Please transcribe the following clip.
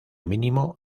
mínimo